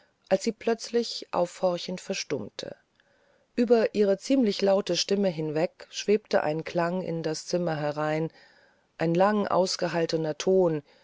als sie plötzlich aufhorchend verstummte ueber ihre ziemlich laute stimme hinweg schwebte ein klang in das zimmer herein ein langausgehaltener ton